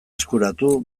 eskuratu